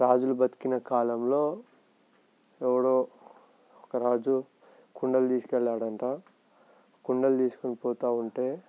రాజులు బ్రతికిన కాలంలో ఎవడో ఒక రాజు కుండలు తీసుకొని వెళ్ళాడట కుండలు తీసుకొని పోతా ఉంటే